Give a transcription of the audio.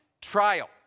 trial